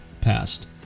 passed